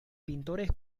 pintores